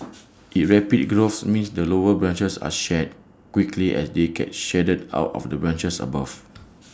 its rapid growth means that lower branches are shed quickly as they get shaded out of the branches above